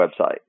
website